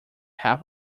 half